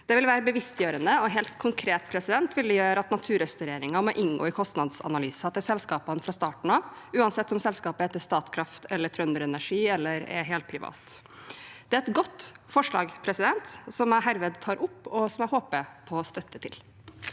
Det vil være bevisstgjørende, og helt konkret vil det gjøre at naturrestaureringen må inngå i kostnadsanalysene til selskapene fra starten av, uansett om selskapet heter Statkraft eller Trønderenergi eller er helprivat. Det er et godt forslag, og jeg håper på støtte til